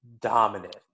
dominant